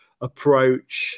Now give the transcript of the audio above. approach